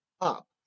up